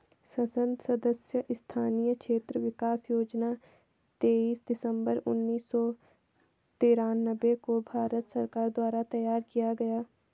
संसद सदस्य स्थानीय क्षेत्र विकास योजना तेईस दिसंबर उन्नीस सौ तिरान्बे को भारत सरकार द्वारा तैयार किया गया